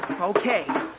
Okay